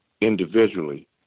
individually